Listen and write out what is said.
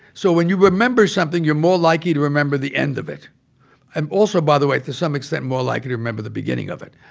so when you remember something, you're more likely to remember the end of it and also, by the way, to some extent, more likely to remember the beginning of it.